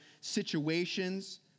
situations